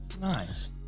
Nice